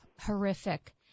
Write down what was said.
horrific